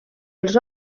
els